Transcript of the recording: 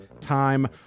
time